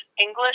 English